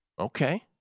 Okay